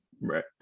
right